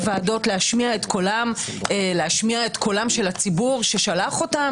עוברת קומה ולהתעסק בחוק הזה, שנחזיר